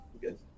Good